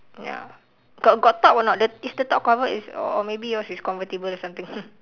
ya got got top or not the is the top covered is or maybe yours is convertible or something